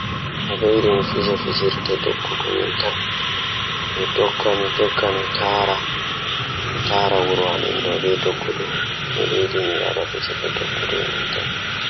So tawii miɗo ɗooɗii tan, mi njiddaade njogal e leydi ngam ɗum njangol minde. Ko ɗum waɗa miɗo faamu njangol e waɗude mawnirɗi